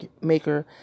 maker